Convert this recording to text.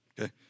Okay